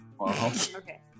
Okay